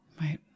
Right